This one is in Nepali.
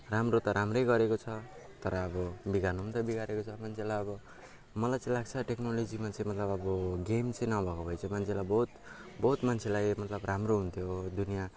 राम्रो त राम्रै गरेको छ तर अब बिगार्नु पनि त बिगारेको छ मान्छेलाई अब मलाई चाहिँ लाग्छ टेक्नोलेजीमा चाहिँ मतलब अब गेम चाहिँ नभएको भए मान्छेलाई बहुत बहुत मान्छेलाई मतलब राम्रो हुन्थ्यो दुनियाँ